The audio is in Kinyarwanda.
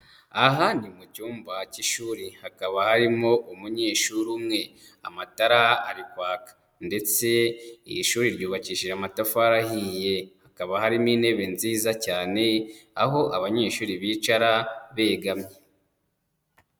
Aha ni mu cyumba cy'ishuri hakaba harimo umunyeshuri umwe, amatara kwaka ndetse iri shuri ryubakishije amatafari ahiye, hakaba harimo intebe nziza cyane aho abanyeshuri bicara begamye.